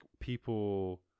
people